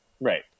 Right